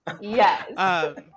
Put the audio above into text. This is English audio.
yes